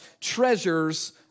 treasures